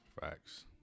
facts